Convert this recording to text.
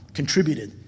contributed